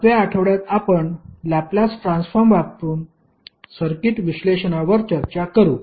7 व्या आठवड्यात आपण लॅपलेस ट्रान्सफॉर्म वापरून सर्किट विश्लेषणावर चर्चा करू